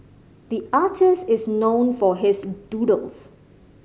the artist is known for his doodles